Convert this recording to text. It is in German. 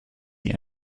die